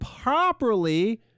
properly